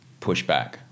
pushback